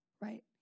Right